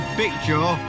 picture